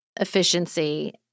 efficiency